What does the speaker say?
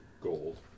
gold